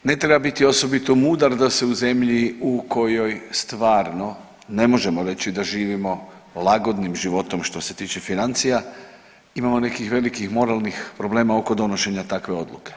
Ne treba biti osobito mudar da se u zemlji u kojoj stvarno ne možemo reći da živimo lagodnim životom što se tiče financija, imamo nekih velikih moralnih problema oko donošenja takve odluke.